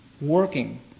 working